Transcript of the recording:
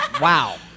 Wow